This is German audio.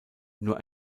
nur